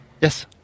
Yes